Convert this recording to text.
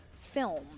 film